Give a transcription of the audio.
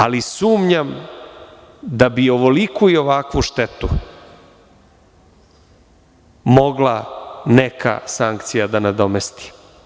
Ali, sumnjam da bi ovoliku i ovakvu štetu mogla neka sankcija da nadomesti.